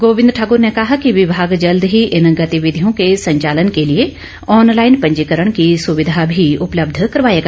गोविंद ठाकूर ने कहा कि विभाग जल्द ही इन गतिविधियों के संचालन के लिए ऑनलाईन पंजीकरण की सुविधा भी उपलब्ध करवाएगा